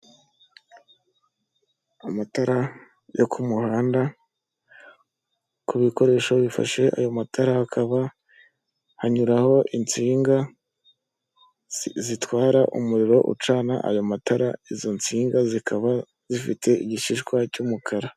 Amatara yo ku muhanda, ku bikoresho bifashe ayo matara hakaba hanyuraho insinga zitwara umuriro ucana yo matara, izo nsinga zikaba zifite igishishwa cy'umukara.